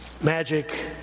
magic